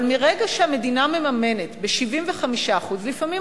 אבל מרגע שהמדינה מממנת ב-75% לפעמים,